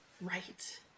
Right